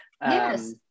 Yes